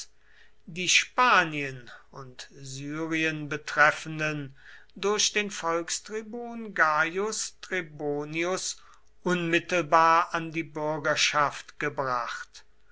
die spanien und syrien betreffenden durch den volkstribun gaius trebonius unmittelbar an die bürgerschaft gebracht